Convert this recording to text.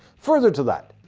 further to that,